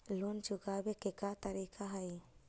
Loan चुकावे के का का तरीका हई?